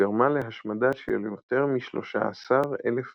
וגרמה להשמדה של יותר מ-13,000 בתים.